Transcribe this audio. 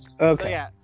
Okay